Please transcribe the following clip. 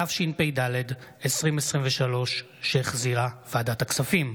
התשפ"ד 2023, שהחזירה ועדת הכספים,